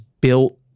built